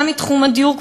גם בתחום הדיור,